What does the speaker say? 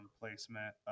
placement